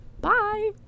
Bye